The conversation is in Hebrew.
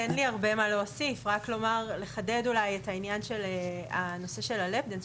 אין לי הרבה מה להוסיף רק לחדד אולי את העניין של הנושא של ה"לאפ דאנס",